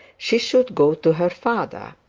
she should go to her father.